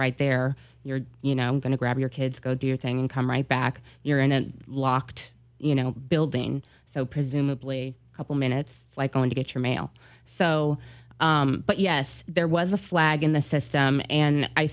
right there you're you know going to grab your kids go do your thing and come right back you're in a locked you know building so presumably a couple minutes like going to get your mail so but yes there was a flag in the system and i